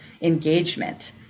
engagement